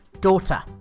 daughter